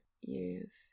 use